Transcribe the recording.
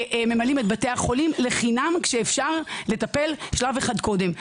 ממלאים את בתי החולים לחינם כשאפשר לטפל שלב אחד קודם.